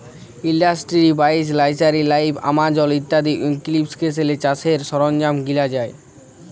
industry বাইশ, nursery লাইভ, Amazon ইত্যাদি এপ্লিকেশলে চাষের সরল্জাম কিলা যায়